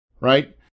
right